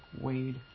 Wade